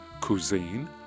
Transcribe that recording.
cuisine